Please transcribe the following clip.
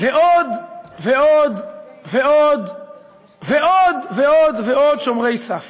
לעוד ועוד ועוד ועוד ועוד ועוד שומרי סף.